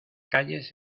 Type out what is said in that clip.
calles